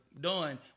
Done